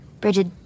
Bridget